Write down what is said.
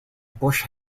bush